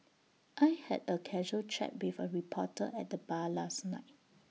I had A casual chat with A reporter at the bar last night